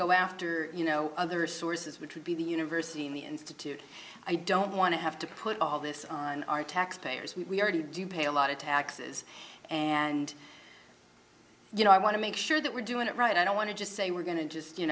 go after you know other sources which would be the university of the institute i don't want to have to put all this on our taxpayers we do pay a lot of taxes and you know i want to make sure that we're doing it right i don't want to just say we're going to just you